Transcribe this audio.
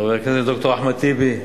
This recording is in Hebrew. חבר הכנסת, ד"ר אחמד טיבי,